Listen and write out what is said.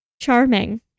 Charming